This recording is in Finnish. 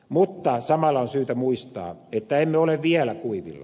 mutta samalla on syytä muistaa että emme ole vielä kuivilla